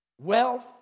wealth